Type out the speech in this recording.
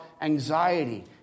anxiety